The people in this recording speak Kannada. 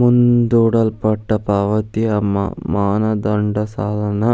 ಮುಂದೂಡಲ್ಪಟ್ಟ ಪಾವತಿಯ ಮಾನದಂಡ ಸಾಲನ